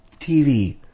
TV